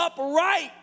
upright